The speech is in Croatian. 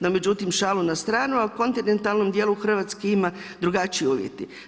No, međutim, šalu na stranu, ali u kontinentalnom dijelu Hrvatske ima drugačiji uvjeti.